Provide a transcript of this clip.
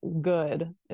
good